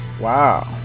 Wow